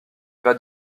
pas